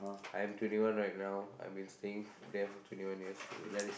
I am twenty one right now I've been staying there for twenty one years already